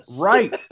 Right